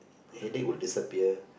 headache will disappear